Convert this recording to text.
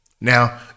Now